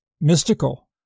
mystical